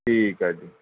ਠੀਕ ਹੈ ਜੀ